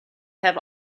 have